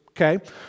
Okay